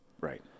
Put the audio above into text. Right